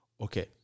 Okay